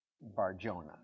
Barjona